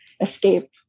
escape